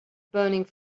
burning